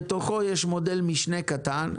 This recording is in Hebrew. בתוכו יש מודל משנה קטן,